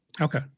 Okay